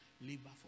labor